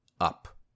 up